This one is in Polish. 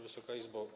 Wysoka Izbo!